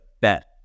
bet